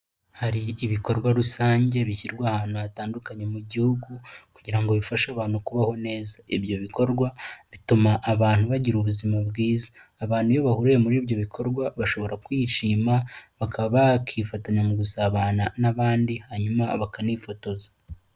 Hari ibikorwa rusange bishyirwa ahantu hatandukanye mu gihugu, kugira ngo bifashe abantu kubaho neza. Ibyo bikorwa bituma abantu bagira ubuzima bwiza. Abantu iyo bahuriye muri ibyo bikorwa, bashobora kwishima, bakaba bakifatanya mu gusabana n'abandi, hanyuma bakanifotoza.